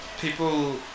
people